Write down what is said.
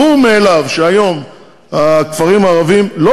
ברור מאליו שהיום הכפרים הערביים לא